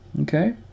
Okay